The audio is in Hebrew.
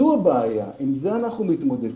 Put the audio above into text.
זו הבעיה, עם זה אנחנו מתמודדים.